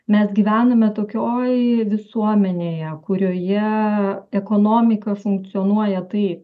mes gyvename tokioj visuomenėje kurioje ekonomika funkcionuoja taip